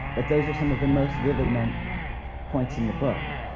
but those are some of the most vivid um points in the book.